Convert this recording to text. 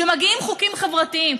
כשמגיעים חוקים חברתיים,